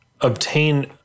obtain